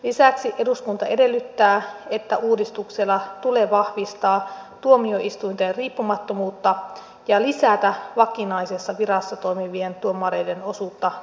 lisäksi eduskunta edellyttää että uudistuksella tulee vahvistaa tuomioistuinten riippumattomuutta ja lisätä vakinaisessa virassa toimivien tuomareiden osuutta tuomarikunnassa